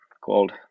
called